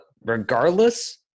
regardless